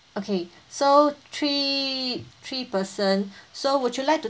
okay so three three person so would you like to